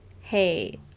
hey